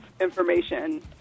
information